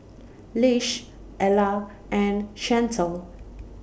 Lish Ella and Chantal